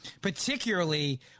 particularly